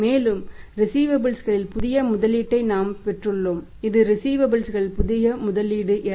மேலும் ரிஸீவபல்ஸ் களில் புதிய முதலீடு 264